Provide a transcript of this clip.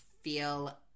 feel